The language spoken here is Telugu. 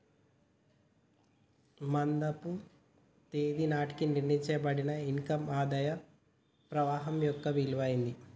మదింపు తేదీ నాటికి నిర్ణయించబడిన ఇన్ కమ్ ఆదాయ ప్రవాహం యొక్క విలువ అయితాది